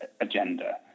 agenda